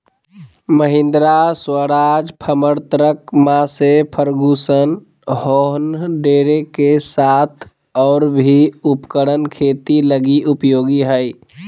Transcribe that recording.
Mahindra, Swaraj, Farmtrac, Massey Ferguson John Deere के साथ और भी उपकरण खेती लगी उपयोगी हइ